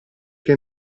che